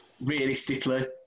Realistically